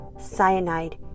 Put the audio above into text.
cyanide